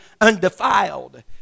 undefiled